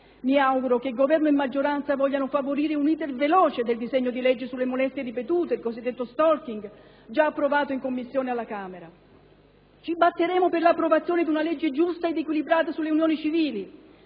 Mi auguro che Governo e maggioranza vogliano favorire un *iter* veloce del disegno di legge sulle molestie ripetute, il cosiddetto *stalking*, già approvato in Commissione alla Camera. Ci batteremo per l'approvazione di una legge giusta ed equilibrata sulle unioni civili,